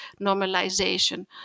normalization